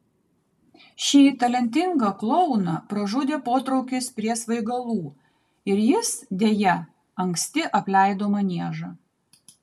šį talentingą klouną pražudė potraukis prie svaigalų ir jis deja anksti apleido maniežą